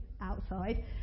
outside